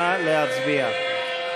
נא להצביע.